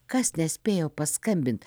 kas nespėjo paskambint